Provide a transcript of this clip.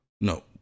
No